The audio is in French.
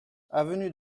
avenue